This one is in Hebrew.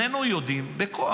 15 שנה בואו איתנו ביחד.